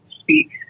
speak